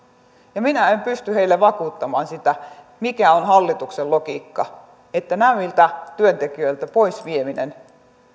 ja minä en en pysty heille vakuuttamaan sitä mikä on hallituksen logiikka siinä että näiltä työntekijöiltä pois vieminen